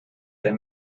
der